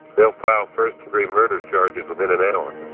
they'll file first-degree murder charges within an hour